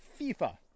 FIFA